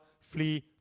flee